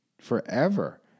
forever